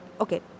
okay